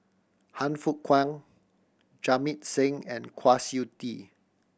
Han Fook Kwang Jamit Singh and Kwa Siew Tee